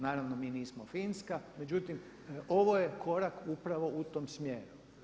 Naravno mi nismo Finska, međutim ovo je korak upravo u tom smjeru.